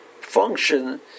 function